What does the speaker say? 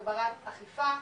הגברת אכיפה,